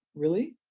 really,